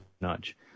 nudge